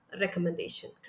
recommendation